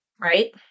right